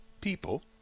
people